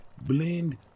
blend